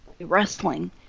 wrestling